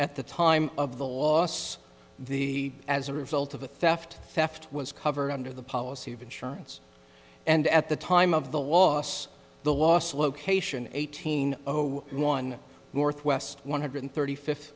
at the time of the loss the as a result of a theft theft was covered under the policy of insurance and at the time of the loss the loss location eighteen zero one northwest one hundred thirty fifth